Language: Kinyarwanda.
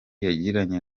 yagiranye